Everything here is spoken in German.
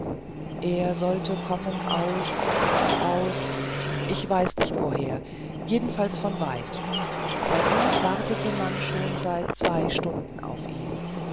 er sollte kommen aus aus ich weiß nicht woher jedenfalls von weit bei uns wartete man schon seit zwei stunden auf ihn